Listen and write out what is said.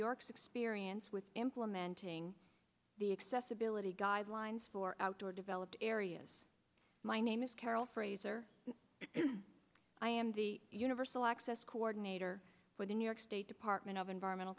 york's experience with implementing the accessibility guidelines for outdoor developed areas my name is carol fraser i am the universal access coordinator for the new york state department of environmental